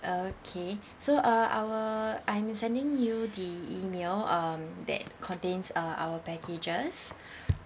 okay so uh our I'm sending you the email um that contains uh our packages